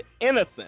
innocent